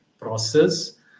process